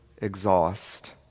exhaust